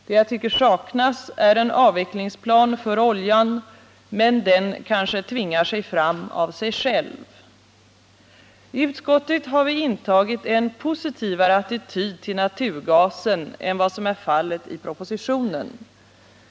Det jag tycker saknas är en avvecklingsplan för oljan, men den kanske tvingar sig fram av sig själv. I utskottet har vi intagit en positivare attityd till naturgasen än man gör i propositionen.